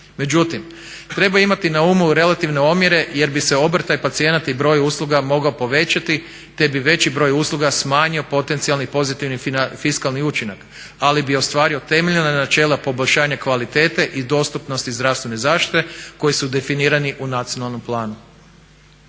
Međutim, treba imati na umu relativne omjere jer bi se obrtaj pacijenata i broj usluga mogao povećati te bi veći broj usluga smanjio potencijalni pozitivni fiskalni učinak ali bi ostvario temeljna načela poboljšanja kvalitete i dostupnosti zdravstvene zaštite koji su definirani u nacionalnom planu.